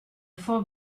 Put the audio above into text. fort